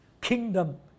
kingdom